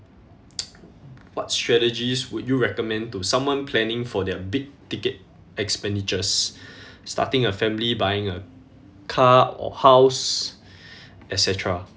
what strategies would you recommend to someone planning for their big ticket expenditures starting a family buying a car or house et cetera